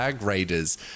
Raiders